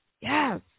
Yes